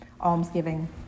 Almsgiving